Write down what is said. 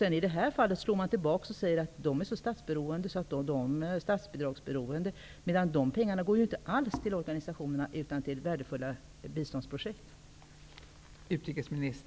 Men i det här fallet slår man tillbaka och säger att dessa organisationer är så statsbidragsberoende. Pengarna går inte alls till organisationerna utan till värdefulla biståndsprojekt.